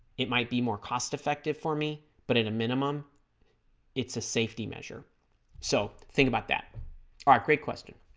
it might be more cost effective for me but at a minimum it's a safety measure so think about that alright great question